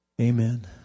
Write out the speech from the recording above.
Amen